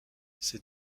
ces